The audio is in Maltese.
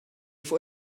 fuq